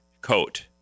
coat